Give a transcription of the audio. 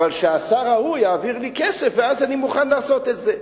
אבל שהשר ההוא יעביר לי כסף ואז אני מוכן לעשות את זה.